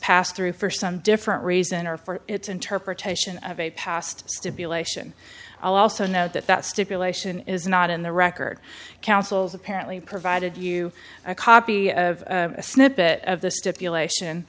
passed through for some different reason or for its interpretation of a past stipulation i'll also note that that stipulation is not in the record counsel's apparently provided you a copy of a snippet of the stipulation